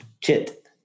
Chit